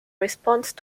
response